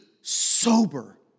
sober